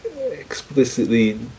explicitly